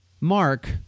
Mark